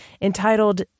entitled